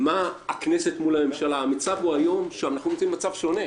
מה הכנסת מול הממשלה היום אנחנו נמצאים במצב שונה,